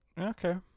Okay